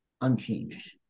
unchanged